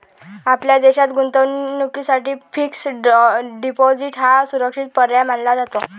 आपल्या देशात गुंतवणुकीसाठी फिक्स्ड डिपॉजिट हा सुरक्षित पर्याय मानला जातो